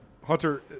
Hunter